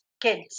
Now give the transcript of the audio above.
kids